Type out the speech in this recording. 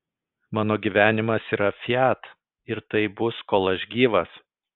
mano gyvenimas yra fiat ir taip bus kol aš gyvas